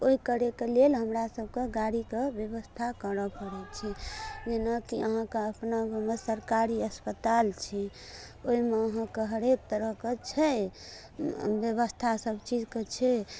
ओहि करैके लेल हमरा सभके गाड़ीके व्यवस्था करऽ पड़ै छै जेना कि अहाँके अपना गाँव मे सरकारी अस्पताल छै ओहिमे अहाँके हरेक तरहके छै व्यवस्था सभ चीजके छै